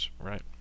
right